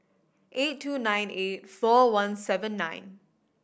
eight two nine eight four one seven nine